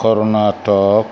Karnataka